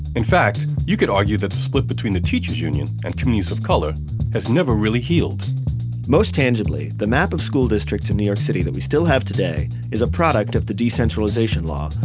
in fact, you could argue that the split between the teachers union and communities of color has never really healed most tangibly, the map of school districts in new york city that we still have today is a product of the decentralization law,